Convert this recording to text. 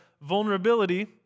vulnerability